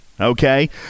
Okay